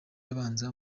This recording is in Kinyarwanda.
abanza